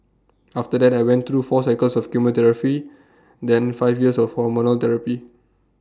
after that I went through four cycles of chemotherapy then five years of hormonal therapy